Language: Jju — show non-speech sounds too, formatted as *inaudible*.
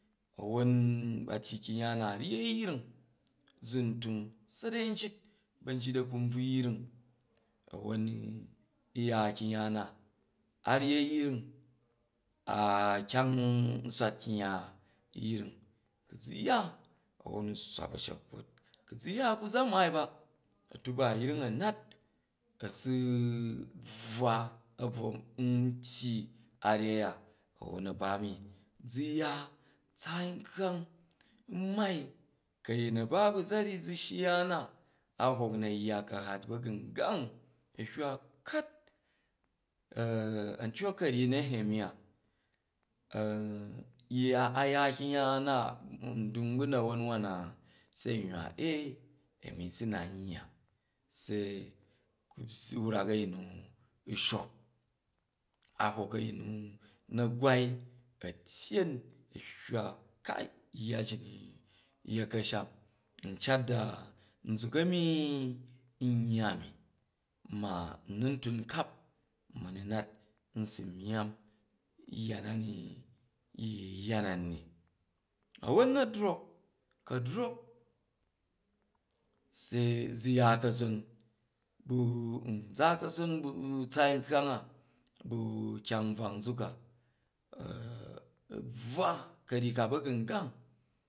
A̱won ba tyyi kyang ya u̱ ryei yring zun tung barai njit, ba̱njit a̱kunbvuyung a̱won a̱ ya kyimg ya na, a ryyi a̱yring a *hesitation* kyang swat kryung ya yring, ku zu ya u swa ba ba̱shekk wot, wu zu ya wu za maai ba a̱tuba a̱yring a su bvwa a bvo r tyyi a ryei a a̱wonr a ba mi, zu ya tsaai nkkang r mai, ku ayin abaa̱ za ryyi zu shyi ya na a hok na yya ka̱hat ba̱gumgang a̱ hywa kat *hesitation* a a̱ntyok ka̱ryyi nehemiah, yi ya aya kyung ya ndung bu̱ na̱won wan na se n hywa a, a̱mi zu na nyya, se ku byyi, wrak a̱yin nu bhok a̱hwok ayin nu na gwai a̱ tyyen a̱ hywa kai yya ji ni n yet ka̱sham, n cat da nzak a̱mi n yi yya ami ma n nun tun kap na ma nu nat n su myamm yya na ni yi yi yya na ni ni ni, a̱won na drok ku a drok se zu ya ka̱son, n za ka̱sor ba̱ tsaai nkkang a bu̱ kyang r brak nzuk a, u bvwa ka̱ryyi ka ba̱gungang